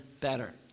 better